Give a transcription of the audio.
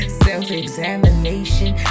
self-examination